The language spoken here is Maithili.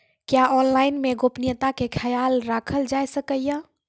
क्या ऑनलाइन मे गोपनियता के खयाल राखल जाय सकै ये?